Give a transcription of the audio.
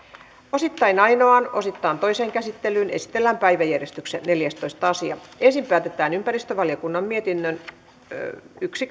osittain ainoaan osittain toiseen käsittelyyn esitellään päiväjärjestyksen neljästoista asia ensin päätetään ympäristövaliokunnan mietinnön yksi